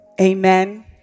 amen